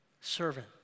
servant